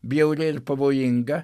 bjauri ir pavojinga